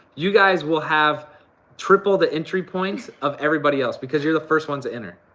you guys will have triple the entry points of everybody else because you're the first ones to enter.